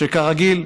שכרגיל,